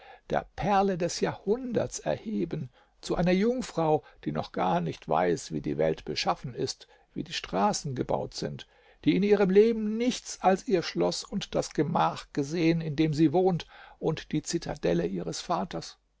der perle des jahrhunderts erheben zu einer jungfrau die noch gar nicht weiß wie die welt beschaffen ist wie die straßen gebaut sind die in ihrem leben nichts als ihr schloß und das gemach gesehen in dem sie wohnt und die zitadelle ihres vaters